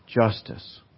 justice